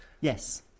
Yes